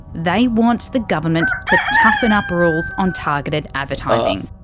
they want the government to toughen up rules on targeted advertising.